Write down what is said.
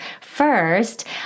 first